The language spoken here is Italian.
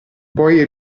poi